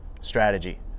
strategy